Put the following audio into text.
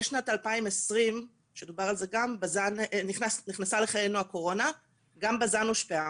משנת 2020 נכנסה לחיינו הקורונה וגם בזן הושפעה,